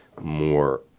more